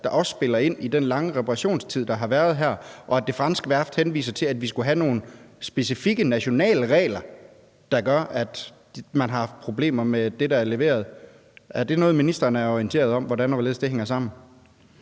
som også spiller ind i den lange reparationstid, der har været her, og at det franske værft henviser til, at vi skulle have nogle specifikke nationale regler, der har gjort, at man har haft problemer med det, der er blevet leveret. Er det noget, ministeren er orienteret om, altså hvordan og hvorledes det hænger sammen?